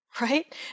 right